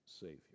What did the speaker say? Savior